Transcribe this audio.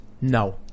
no